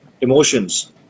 emotions